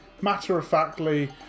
matter-of-factly